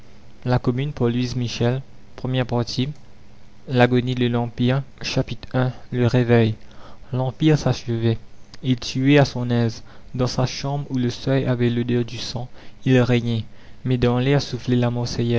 la commune l'agonie de l'empire le réveil l'empire s'achevait il tuait à son aise dans sa chambre où le seuil avait l'odeur du sang il régnait mais dans l'air soufflait